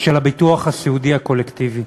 של הביטוח הסיעודי הקולקטיבי.